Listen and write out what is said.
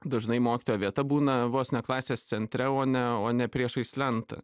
dažnai mokytojo vieta būna vos ne klasės centre o ne o ne priešais lentą